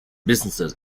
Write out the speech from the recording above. businesses